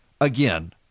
again